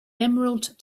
emerald